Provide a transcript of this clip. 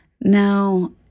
Now